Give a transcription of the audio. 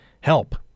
help